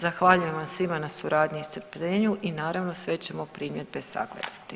Zahvaljujem vam svima na suradnji i strpljenju i naravno sve ćemo primjedbe sagledati.